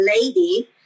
lady